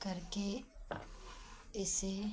करके इसे